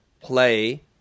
play